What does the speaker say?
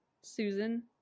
Susan